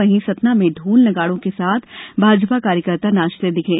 वहीं सतना में ढोल नगाड़ो के साथ भाजपा कार्यकर्ता नाचते दिखे